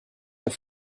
auf